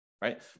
Right